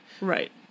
Right